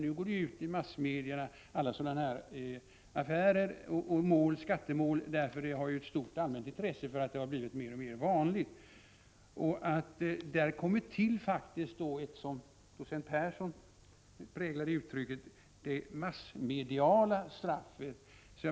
Nu går ju alla sådana här affärer och skattemål ut i massmedia. De har ett stort allmänt intresse eftersom de blivit mer och mer vanliga. Docent Persson har präglat uttrycket ”det massmediala straffet”.